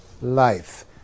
life